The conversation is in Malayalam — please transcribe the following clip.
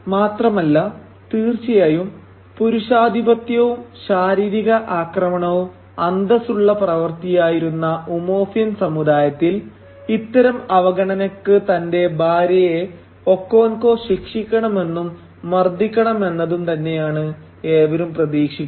മാത്രമല്ല തീർച്ചയായും പുരുഷാധിപത്യവും ശാരീരിക ആക്രമണവും അന്തസ്സുള്ള പ്രവർത്തിയായിരുന്ന ഉമൊഫിയൻ സമുദായത്തിൽ ഇത്തരം അവഗണനക്ക് തന്റെ ഭാര്യയെ ഒക്കോൻകോ ശിക്ഷിക്കണമെന്നും മർദ്ധിക്കണമെന്നതും തന്നെയാണ് ഏവരും പ്രതീക്ഷിക്കുന്നത്